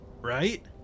Right